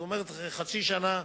זאת אומרת חצי שנה,